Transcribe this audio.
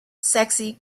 sexy